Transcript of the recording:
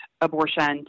abortion